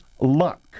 luck